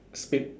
speed